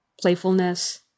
playfulness